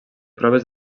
proves